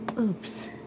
oops